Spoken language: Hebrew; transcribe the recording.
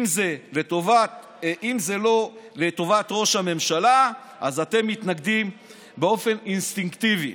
אם זה לטובת ראש הממשלה אז אתם מתנגדים באופן אינסטינקטיבי.